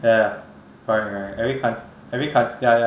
ya right right right right every coun~ every coun~ ya ya